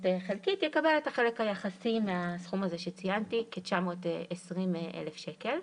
חלקית יקבל את החלק היחסי מהסכום הזה שציינתי - כ-920,000 שקל.